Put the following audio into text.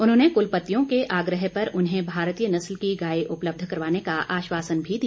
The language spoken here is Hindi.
उन्होंने कुलपत्तियों के आग्रह पर उन्हें भारतीय नस्ल की गाय उपलब्ध करवाने का आश्वासन भी दिया